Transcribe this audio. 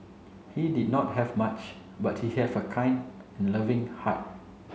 he did not have much but he have a kind and loving heart